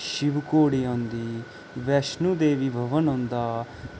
शिव खोड़ी औंदी वैश्णों देवी भवन औंदा